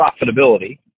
profitability